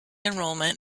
enrollment